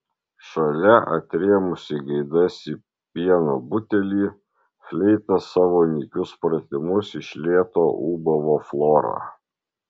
šalia atrėmusi gaidas į pieno butelį fleita savo nykius pratimus iš lėto ūbavo flora